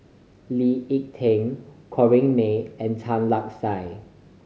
Lee Ek Tieng Corrinne May and Tan Lark Sye